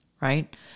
right